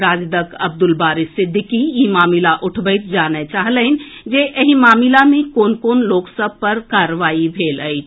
राजदक अब्दुल बारी सिद्दिकी ई मामिला उठबैत जानए चाहलनि जे एहि मामिला मे कोन कोन लोक सभ पर कार्रवाई भेल अछि